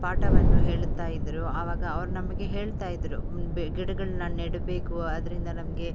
ಪಾಠವನ್ನು ಹೇಳುತ್ತಾಯಿದ್ರು ಆವಾಗ ಅವ್ರು ನಮಗೆ ಹೇಳ್ತಾಯಿದ್ರು ಬೆ ಗಿಡಗಳನ್ನ ನೆಡಬೇಕು ಅದರಿಂದ ನಮಗೆ